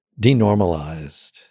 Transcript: denormalized